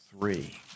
Three